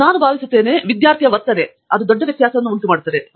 ಒಂದು ನಾನು ಭಾವಿಸುತ್ತೇನೆ ವರ್ತನೆ ವಿದ್ಯಾರ್ಥಿ ವರ್ತನೆ ದೊಡ್ಡ ವ್ಯತ್ಯಾಸವನ್ನು ಮಾಡುತ್ತದೆ